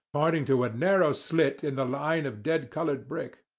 pointing to a narrow slit in the line of dead-coloured brick.